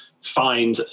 find